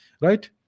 Right